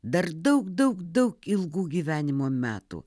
dar daug daug daug ilgų gyvenimo metų